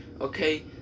okay